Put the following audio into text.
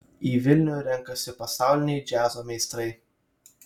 į vilnių renkasi pasauliniai džiazo meistrai